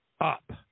up